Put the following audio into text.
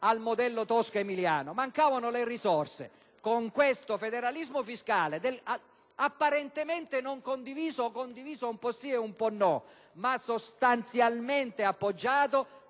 al modello tosco-emiliano? Mancavano le risorse. Con questo federalismo fiscale, apparentemente non condiviso o condiviso un po' sì e un po' no, ma sostanzialmente appoggiato,